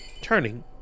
turning